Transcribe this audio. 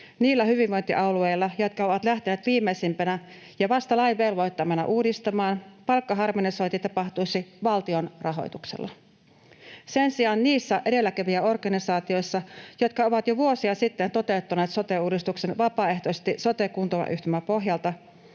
niillä hyvinvointialueilla, jotka ovat lähteneet viimeisimpänä ja vasta lain velvoittamana uudistamaan, palkkaharmonisointi tapahtuisi valtion rahoituksella. Sen sijaan niissä edelläkävijäorganisaatioissa, jotka ovat jo vuosia sitten toteuttaneet sote-uudistuksen vapaaehtoisesti sote-kuntayhtymäpohjalta